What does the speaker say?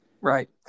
Right